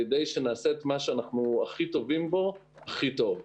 ידי זה שנעשה את מה שאנחנו הכי טובים בו הכי טוב.